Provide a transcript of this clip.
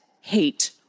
hate